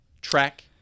track